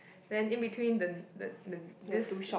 then in between the the the this